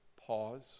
Pause